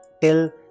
till